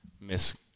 Miss